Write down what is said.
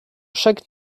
chaque